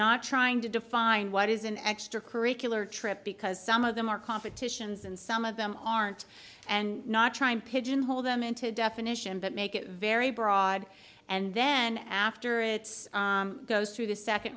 not trying to define what is an extra curricular trip because some of them are competitions and some of them aren't and not trying to pigeonhole them into a definition but make it very broad and then after it goes through the second